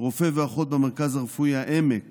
רופא ואחות במרכז הרפואי העמק